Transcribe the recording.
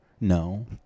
no